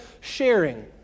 sharing